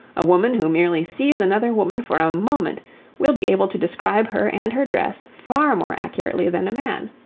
a woman who merely sees another woman for a moment will be able to describe her and her dress far more accurately than a man.